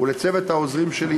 ולצוות העוזרים שלי,